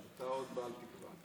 אתה עוד בעל תקווה.